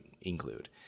include